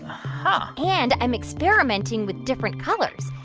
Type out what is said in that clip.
huh and i'm experimenting with different colors.